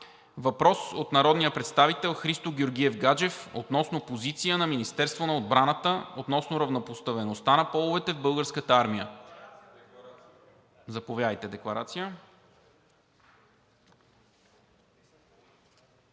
въпрос от народния представител Христо Георгиев Гаджев за позицията на Министерството на отбраната относно равнопоставеността на половете в Българската армия. Заповядайте за декларация.